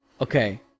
okay